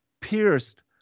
pierced